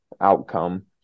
outcome